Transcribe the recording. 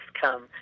come